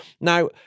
Now